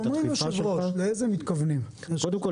כי מה שאתה